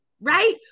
right